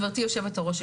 גברתי היושבת-ראש,